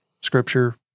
scripture